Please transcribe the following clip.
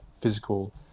physical